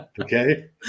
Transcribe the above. Okay